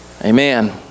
Amen